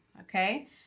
okay